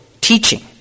teaching